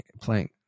playing